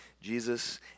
Jesus